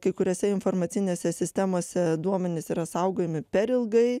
kai kuriose informacinėse sistemose duomenys yra saugojami per ilgai